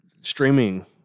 streaming